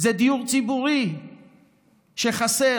זה דיור ציבורי שחסר,